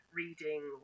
reading